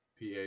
PA